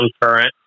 current